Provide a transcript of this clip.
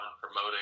promoting